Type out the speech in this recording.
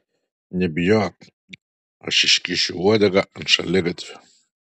nebijok aš iškišiu uodegą ant šaligatvio